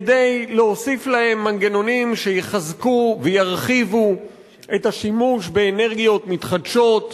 כדי להוסיף להן מנגנונים שיחזקו וירחיבו את השימוש באנרגיות מתחדשות,